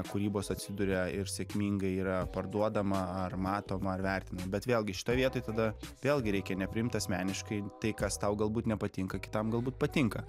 kūrybos atsiduria ir sėkmingai yra parduodama ar matoma ar vertinama bet vėlgi šitoj vietoj tada vėlgi reikia nepriimt asmeniškai tai kas tau galbūt nepatinka kitam galbūt patinka